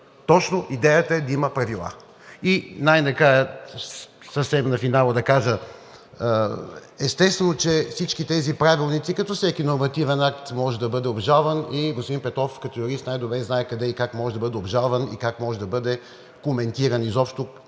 Точно идеята е да има правила! Най накрая съвсем на финала искам да кажа, естествено, че всички тези правилници – както всеки нормативен акт може да бъде обжалван и господин Петров като юрист най-добре знае къде и как може да бъде обжалван и как може да бъде коментиран изобщо